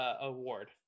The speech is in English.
award